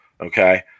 okay